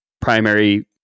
primary